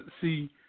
see